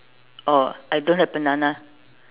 oh I don't have banana